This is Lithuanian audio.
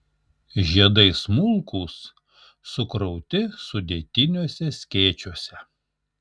žiedai smulkūs sukrauti sudėtiniuose skėčiuose